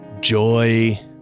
joy